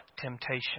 temptation